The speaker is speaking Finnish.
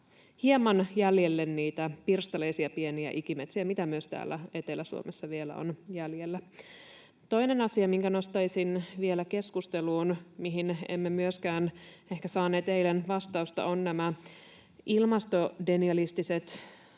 hieman jäljelle niitä pirstaleisia, pieniä ikimetsiä, mitä myös täällä Etelä-Suomessa vielä on jäljellä. Toinen asia, minkä nostaisin vielä keskusteluun, mihin emme myöskään ehkä saaneet eilen vastausta, on nämä ilmastodenialistiset